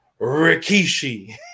Rikishi